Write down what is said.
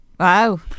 Wow